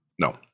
No